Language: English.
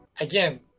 again